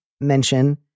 mention